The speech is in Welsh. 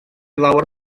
lawer